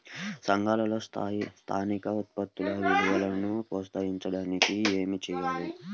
సంఘాలలో స్థానిక ఉత్పత్తుల విలువను ప్రోత్సహించడానికి ఏమి చేయాలి?